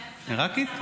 עיראקית?